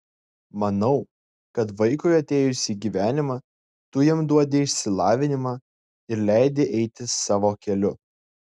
manau kad vaikui atėjus į gyvenimą tu jam duodi išsilavinimą ir leidi eiti savo keliu